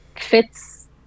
fits